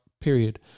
period